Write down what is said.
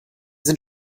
sind